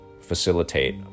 facilitate